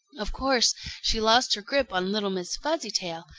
of course she lost her grip on little miss fuzzytail,